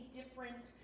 different